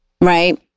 right